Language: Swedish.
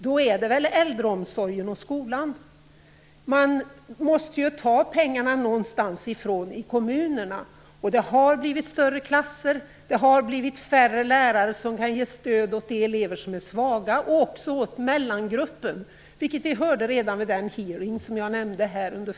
Det är väl äldreomsorgen och skolan. Man måste ju ta pengarna någonstans ifrån i kommunerna. Det har blivit större klasser, och färre lärare som kan ge stöd åt de elever som är svaga och även åt mellangruppen, vilket vi hörde redan under den hearing jag nämnde här förut.